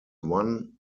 one